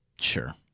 Sure